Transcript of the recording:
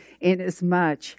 inasmuch